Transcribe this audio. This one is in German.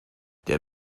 der